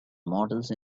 models